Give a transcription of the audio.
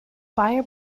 buyer